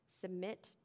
submit